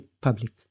public